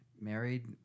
married